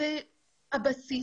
זה הבסיס